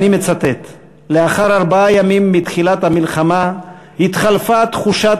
"לאחר ארבעה ימים מתחילת המלחמה התחלפה תחושת